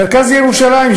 מרכז ירושלים,